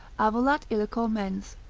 avolat illico mens,